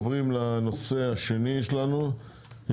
הישיבה ננעלה בשעה 09:06.